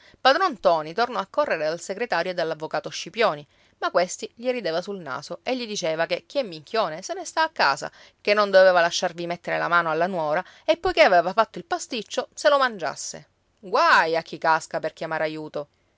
padron ntoni tornò a correre dal segretario e dall'avvocato scipioni ma questi gli rideva sul naso e gli diceva che chi è minchione se ne sta a casa che non doveva lasciarvi mettere la mano alla nuora e poiché aveva fatto il pasticcio se lo mangiasse guai a chi casca per chiamare aiuto